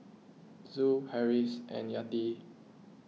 Zul Harris and Yati